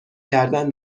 کردن